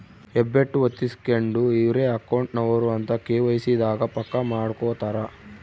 ಹೆಬ್ಬೆಟ್ಟು ಹೊತ್ತಿಸ್ಕೆಂಡು ಇವ್ರೆ ಅಕೌಂಟ್ ನವರು ಅಂತ ಕೆ.ವೈ.ಸಿ ದಾಗ ಪಕ್ಕ ಮಾಡ್ಕೊತರ